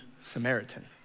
Samaritan